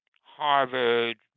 Harvard